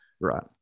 Right